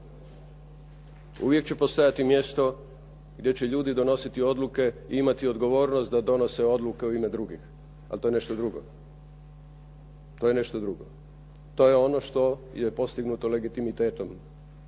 Uvijek će postojati mjesto gdje će ljudi donositi odluke i imati odgovornost da donose odluke u ime drugih, ali to je nešto drugo. To je nešto drugo. To je ono što je postignuto legitimitetom